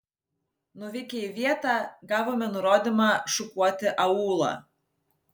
nuvykę į vietą gavome nurodymą šukuoti aūlą